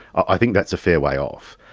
i think that's a fair way off.